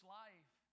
life